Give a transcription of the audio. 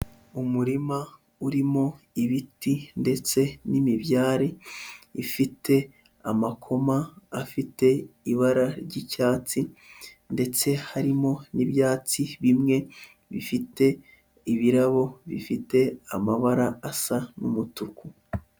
Umurima urimo ibiti ndetse n'imibyare ifite amakoma afite ibara ry'icyatsi ndetse harimo n'ibyatsi bimwe bifite ibirabo, bifite amabara asa n'umutuku.